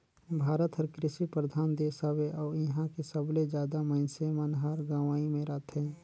भारत हर कृसि परधान देस हवे अउ इहां के सबले जादा मनइसे मन हर गंवई मे रथें